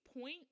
point